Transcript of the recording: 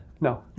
No